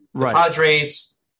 Padres